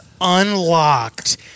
unlocked